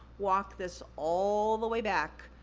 walk this all the way back,